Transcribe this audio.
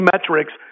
metrics